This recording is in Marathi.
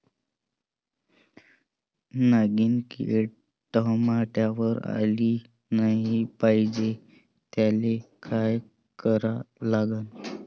नागिन किड टमाट्यावर आली नाही पाहिजे त्याले काय करा लागन?